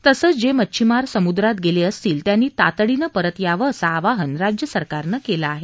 तसंच जे मच्छिमार समुद्रात गेले असतील त्यांनी तातडीनं परत यावं असं आवाहन राज्य सरकारनं केलं आहे